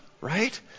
right